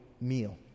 meal